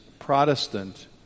Protestant